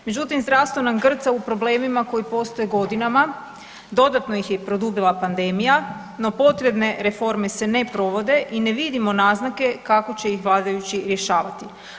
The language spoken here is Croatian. Međutim, zdravstvo nam grca u problemima koji postoje godinama, dodatno ih je produbila pandemija, no potrebne reforme se ne provode i ne vidimo naznake kako će ih vladajući rješavati.